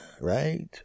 right